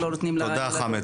תודה, חאמד.